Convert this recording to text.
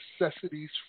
necessities